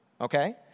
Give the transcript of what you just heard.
okay